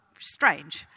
strange